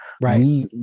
right